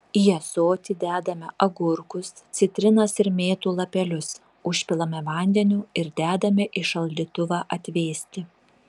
į ąsoti dedame agurkus citrinas ir mėtų lapelius užpilame vandeniu ir dedame į šaldytuvą atvėsti